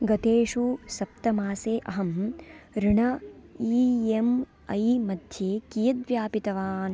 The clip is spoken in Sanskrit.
गतेषु सप्तमासे अहं ऋण ई एम् ऐ मध्ये कियत् व्यापितवान्